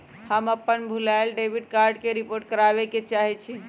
हम अपन भूलायल डेबिट कार्ड के रिपोर्ट करावे के चाहई छी